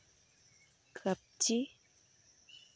ᱠᱟᱢᱪᱤ